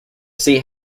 sea